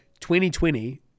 2020